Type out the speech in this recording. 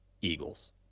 Eagles